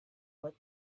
what